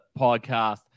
podcast